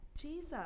Jesus